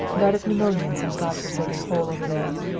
died of pneumonia in some god-forsaken hole over there.